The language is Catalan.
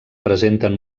presenten